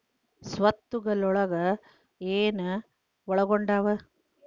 ಸ್ವತ್ತುಗಲೊಳಗ ಏನು ಒಳಗೊಂಡಾವ?